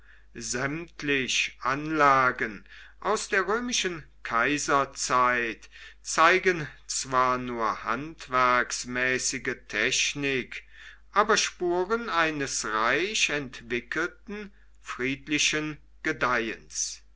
sämtlich anlagen aus der römischen kaiserzeit zeigen zwar nur handwerksmäßige technik aber spuren eines reich entwickelten friedlichen gedeihens